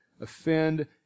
offend